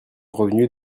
revenu